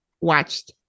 watched